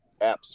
apps